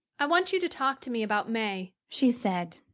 i want you to talk to me about may, she said.